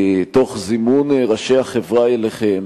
תוך זימון ראשי החברה אליכם,